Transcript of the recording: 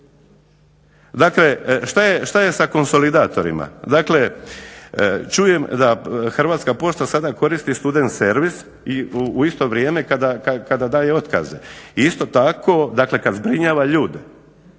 Dakle, šta je sa konsolidatorima? Dakle, čujem da Hrvatska pošta sada koristi student servis i u isto vrijeme kada daje otkaze. I isto tako, dakle kad zbrinjava ljude,